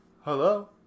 Hello